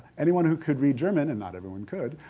anyone who could read german and not everyone could.